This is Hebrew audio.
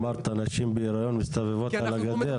אמרת נשים בהיריון מסתובבות על הגדר.